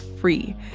free